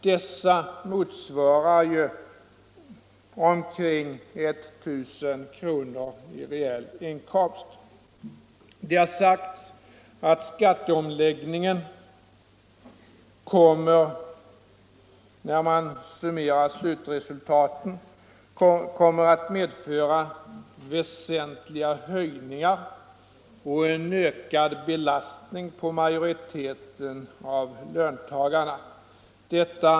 ; dessa motsvarar ju omkring 1000 kr. i reell inkomst. Det har sagts att när man summerar slutresultaten kommer skatteomläggningen genom inflationen och de samtidiga punktskattehöjningarna att medföra ”väsentliga höjningar” och en ”ökad belastning” på majoriteten av löntagare.